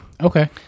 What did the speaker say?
Okay